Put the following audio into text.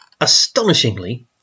astonishingly